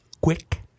quick